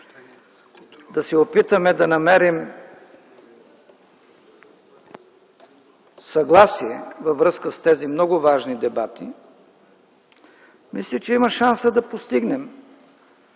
да се опитаме да намерим съгласие във връзка с тези много важни дебати, мисля, че има шанс да постигнем